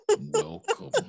Welcome